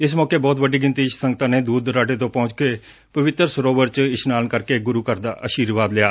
ਇਸ ਮੋਕੇ ਬਹੁਤ ਵੱਡੀ ਗਿਣਤੀ ਚ ਸੰਗਤਾ ਨੇ ਦੂਰ ਦਰਾਂਡੇ ਤੋ ਪਹੁੰਚ ਕੇ ਪਵਿਤਰ ਸਰੋਵਰ ਚ ਇਸ਼ਨਾਨ ਕਰਕੇ ਗੁਰੁ ਘਰ ਦਾ ਅਸ਼ੀਰਵਾਦ ਲਿਆ